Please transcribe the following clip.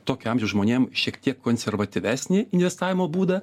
tokio amžiaus žmonėm šiek tiek konservatyvesnį investavimo būdą